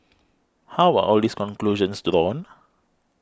how are all these conclusions drawn